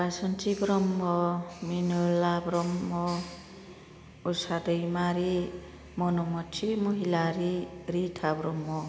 Basanti Brahma Minula Brahma Usha Daimari Manmati Mahilari Rita Brahma